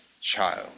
child